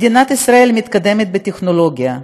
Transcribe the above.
מדינת ישראל מתקדמת בטכנולוגיה,